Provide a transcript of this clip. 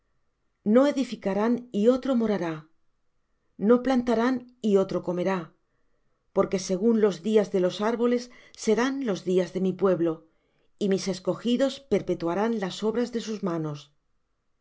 no edificarán y otro morará no plantarán y otro comerá porque según los días de los árboles serán los días de mi pueblo y mis escogidos perpetuarán las obras de sus manos